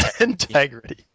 Integrity